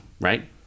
Right